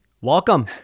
welcome